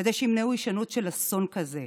כדי שימנעו הישנות של אסון כזה,